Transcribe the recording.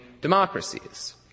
democracies